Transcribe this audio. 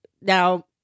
Now